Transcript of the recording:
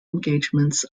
engagements